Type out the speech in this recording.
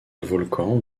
volcan